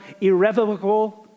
irrevocable